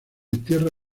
tierra